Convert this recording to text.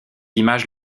images